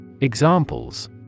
Examples